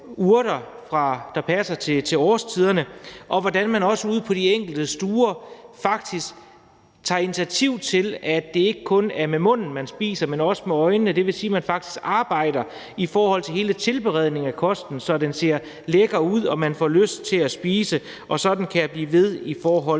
der passer til årstiderne, og hvordan man også ude på de enkelte stuer faktisk tager initiativ til, at det ikke kun er med munden, man spiser, men også med øjnene, og det vil sige, at man faktisk i forhold til hele tilberedningen af kosten arbejder, så den ser lækker ud og man får lyst til at spise. Og sådan kan jeg blive ved med